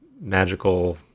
magical